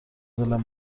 دلم